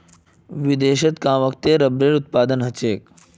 विदेशत कां वत्ते रबरेर उत्पादन ह छेक